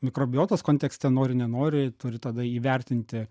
mikrobiotos kontekste nori nenori turi tada įvertinti